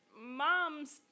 mom's